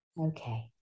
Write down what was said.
Okay